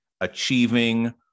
achieving